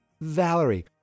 Valerie